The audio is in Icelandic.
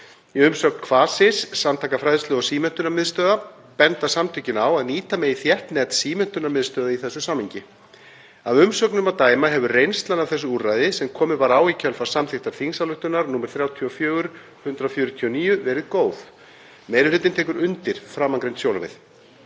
Í umsögn Kvasis – samtaka fræðslu- og símenntunarmiðstöðva er bent á að nýta megi þétt net símenntunarmiðstöðva í þessu samhengi. Af umsögnum að dæma hefur reynslan af þessu úrræði, sem komið var á í kjölfar samþykktar þingsályktunar nr. 34/149, verið góð. Meiri hlutinn tekur undir framangreind sjónarmið.